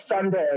Sunday